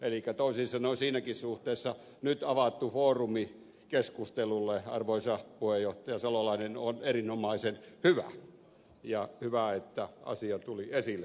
elikkä toisin sanoen siinäkin suhteessa nyt avattu foorumi keskustelulle arvoisa puheenjohtaja salolainen on erinomaisen hyvä ja hyvä että asia tuli esille tässä